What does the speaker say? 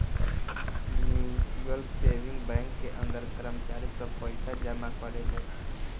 mutual saving bank के अंदर कर्मचारी सब पइसा जमा करेले